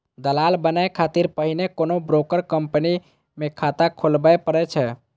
दलाल बनै खातिर पहिने कोनो ब्रोकर कंपनी मे खाता खोलबय पड़ै छै